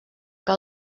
que